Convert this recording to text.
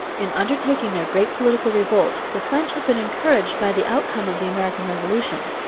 in undertaking their great political revolt the french had been encouraged by the outcome of the american revolution.